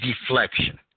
Deflection